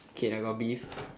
okay lah got beef